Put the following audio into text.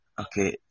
okay